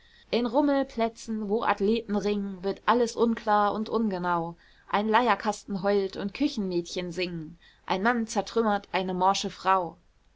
in rummelplätzen wo athleten ringen wird alles unklar und ungenau ein leierkasten heult und küchenmädchen singen ein mann zertrümmert eine morsche frau